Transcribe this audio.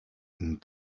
and